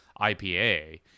IPA